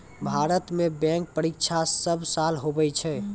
भारत मे बैंक परीक्षा सब साल हुवै छै